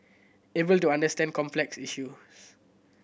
able to understand complex issues